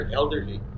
elderly